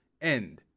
end